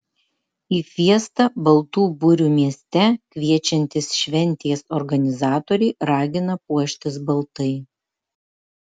į fiestą baltų burių mieste kviečiantys šventės organizatoriai ragina puoštis baltai